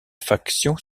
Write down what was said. factions